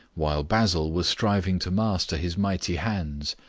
while basil was striving to master his mighty hands.